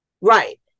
Right